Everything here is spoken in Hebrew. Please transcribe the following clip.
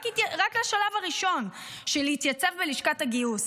רק לשלב הראשון של להתייצב בלשכת הגיוס.